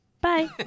Bye